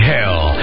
Hell